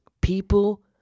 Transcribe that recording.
People